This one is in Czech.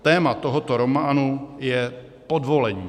Téma tohoto románu je podvolení.